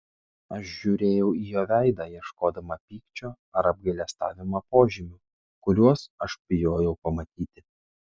aš žiūrėjau į jo veidą ieškodama pykčio ar apgailestavimo požymių kuriuos aš bijojau pamatyti